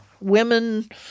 Women